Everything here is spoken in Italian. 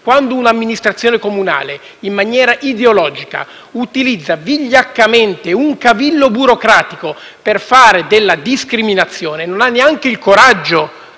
quando un'amministrazione comunale, in maniera ideologica, ha utilizzato vigliaccamente un cavillo burocratico per fare della discriminazione, non avendo neanche il coraggio